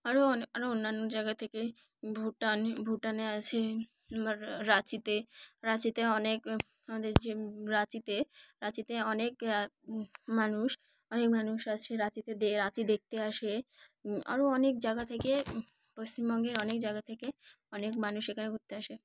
আরও অনে আরও অন্যান্য জায়গা থেকে ভুটান ভুটানে আসে আমার রাঁচিতে রাঁচিতে অনেক আমাদের যে রাঁচিতে রাঁচিতে অনেক মানুষ অনেক মানুষ আসে রাঁচিতে দে রাঁচি দেখতে আসে আরও অনেক জায়গা থেকে পশ্চিমবঙ্গের অনেক জায়গা থেকে অনেক মানুষ এখানে ঘুরতে আসে